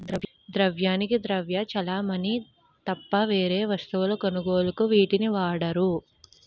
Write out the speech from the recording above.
ద్రవ్యానికి ద్రవ్య చలామణి తప్ప వేరే వస్తువుల కొనుగోలుకు వీటిని వాడరు